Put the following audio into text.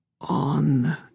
on